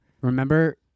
Remember